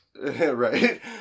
Right